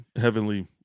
heavenly